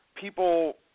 people